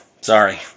Sorry